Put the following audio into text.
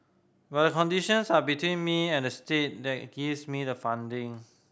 but conditions are between me and the state that gives me the funding